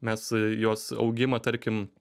mes jos augimą tarkim